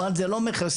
אבל זה לא מכסה.